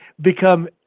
become